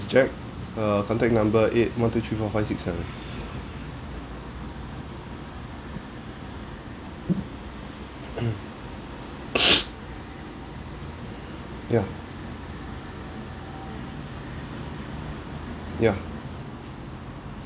jack err contact number eight one two three four five six seven ya ya